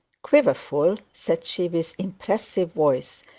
quiverful said she with impressive voice,